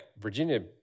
Virginia